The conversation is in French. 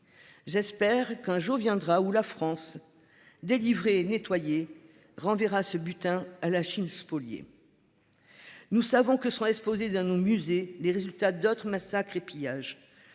J'espère qu'un jour viendra où la France délivrée et nettoyée renverra ce butin à la Chine spoliée. Nous savons que seront exposés dans nos musées, les résultats d'autres massacres et pillages